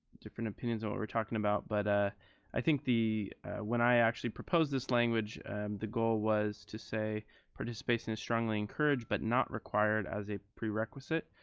different opinions on what we're talking about, but ah i think when i actually proposed this language the goal was to say participation is strongly encouraged, but not required as a prerequisite.